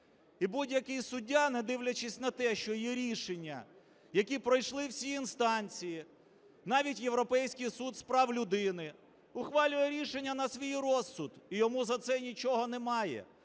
І будь-який суддя, не дивлячись на те, що є рішення, які пройшли всі інстанції, навіть Європейський суд з прав людини, ухвалює рішення на свій розсуд і йому за це нічого немає.